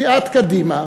סיעת קדימה